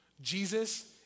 Jesus